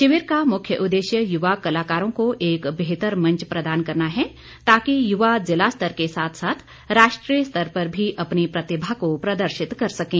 शिविर का मुख्य उद्देश्य युवा कलाकारों को एक बेहतर मंच प्रदान करना है ताकि युवा जिला स्तर के साथ साथ राष्ट्रीय स्तर पर भी अपनी प्रतिभा को प्रदर्शित कर सकें